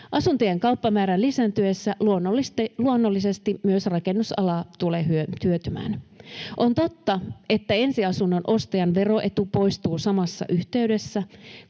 Asuntojen kauppamäärän lisääntyessä tulee luonnollisesti myös rakennusala hyötymään. On totta, että ensiasunnon ostajan veroetu poistuu samassa yhteydessä,